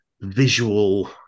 visual